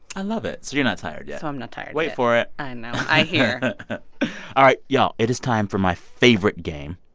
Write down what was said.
i love it. so you're not tired yet so i'm not tired yet wait for it i know. i hear all right. y'all, it is time for my favorite game,